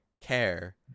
care